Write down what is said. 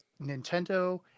Nintendo